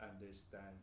understand